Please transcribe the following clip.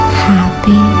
happy